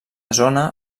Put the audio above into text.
zona